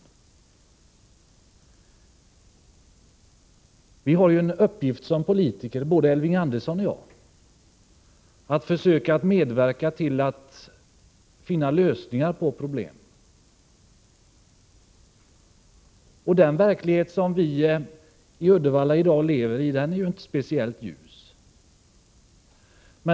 Både Elving Andersson och jag har som politiker uppgiften att försöka medverka till att finna lösningar på problem. Den verklighet som vi i Uddevalla i dag lever i är inte speciellt ljus.